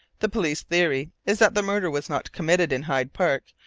the police theory is that the murder was not committed in hyde park,